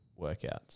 workouts